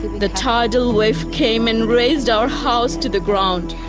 the tidal wave came and razed our house to the ground.